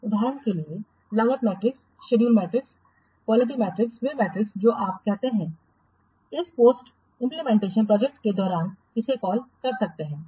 उदाहरण के लिए लागत metrics schedule metrics quality metrics वे मेट्रिक्स जो आप कहते हैं इस पोस्ट इंप्लीमेंटेशनप्रोजेक्टरिव्यू के दौरान इसे कॉल कर सकते हैं